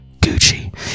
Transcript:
Gucci